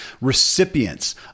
recipients